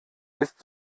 ist